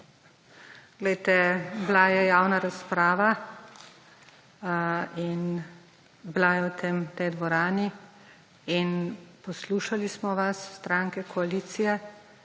glejte, bila je javna razprava in bila je v tej dvorani. Poslušali smo vas, stranke koalicije,